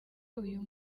uyu